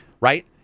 right